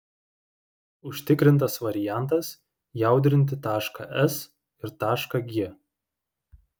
užtikrintas variantas jaudrinti tašką s ir tašką g